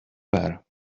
bare